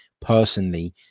personally